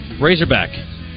Razorback